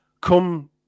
come